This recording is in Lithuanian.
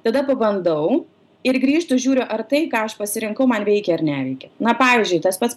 tada pabandau ir grįžtu žiūriu ar tai ką aš pasirinkau man veikia ar neveikia na pavyzdžiui tas pats